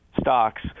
stocks